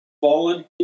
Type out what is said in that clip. fallen